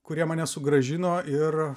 kurie mane sugrąžino ir